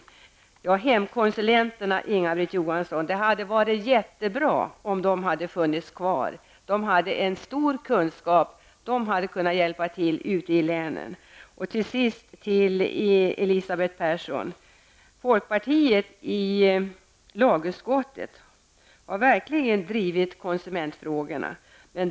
När det gäller hemkonsulenterna vill jag säga till Inga-Britt Johansson att det hade varit jättebra om de hade funnits kvar. De hade stor kunskap -- de hade kunnat hjälpa till ute i länen. Till sist vill jag säga till Elisabeth Persson att folkpartiet verkligen har drivit konsumentfrågorna i lagutskottet.